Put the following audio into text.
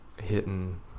hitting